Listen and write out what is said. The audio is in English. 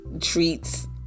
treats